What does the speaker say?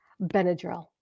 Benadryl